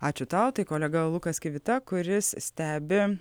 ačiū tau tai kolega lukas kivita kuris stebi